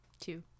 Two